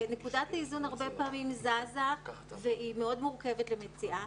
נקודת האיזון הרבה פעמים זזה והיא מאוד מורכבת למציאה,